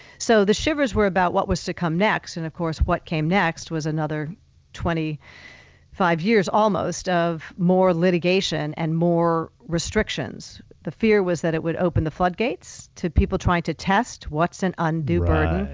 so the shivers were about what was to come next, and of course, what came next was another twenty five years, almost, of more litigation and more restrictions. the fear was that it would open the floodgates to people trying to test what's an undue burden.